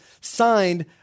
signed